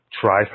Try